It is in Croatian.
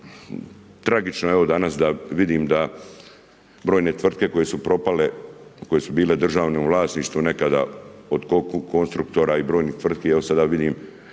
tragično je evo, danas, vidimo da brojne tvrtke koje su propale, koje su bile u državnom vlasništvu nekada, od konstruktora i brojnih tvrtki, evo sada vidim,